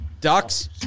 Ducks